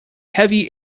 heavy